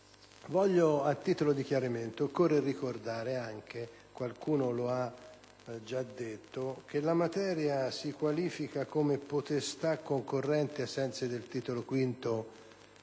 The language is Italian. A titolo di chiarimento, occorre ricordare anche - qualcuno lo ha già detto - che la materia si qualifica come potestà concorrente ai sensi del titolo V